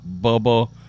Bubba